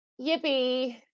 Yippee